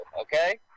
okay